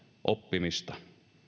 oppimista